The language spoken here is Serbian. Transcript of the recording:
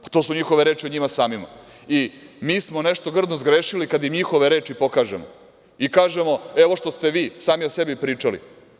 Pa, to su njihove reči o njima samima i mi smo nešto grdno zgrešili kada im njihove reči i kažemo – evo što ste vi sami o sebi pričali.